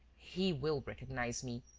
he will recognize me,